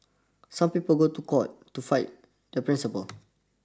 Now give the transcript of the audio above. some people go to court to fight their principles